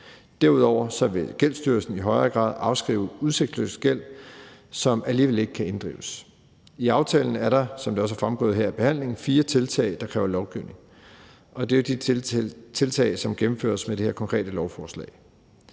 Derudover vil Gældsstyrelsen i højere grad afskrive udsigtsløs gæld, som alligevel ikke kan inddrives. I aftalen er der, som det også er fremgået her i behandlingen, fire tiltag, der kræver lovgivning, og det er de tiltag, som gennemføres med det her konkrete lovforslag: